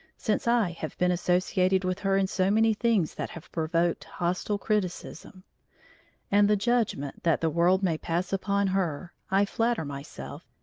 since i have been associated with her in so many things that have provoked hostile criticism and the judgment that the world may pass upon her, i flatter myself,